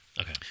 Okay